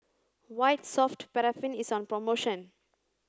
white soft paraffin is on promotion